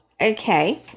okay